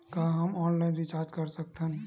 का हम online recharge कर सकत हन?